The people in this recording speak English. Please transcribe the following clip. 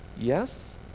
Yes